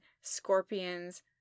scorpions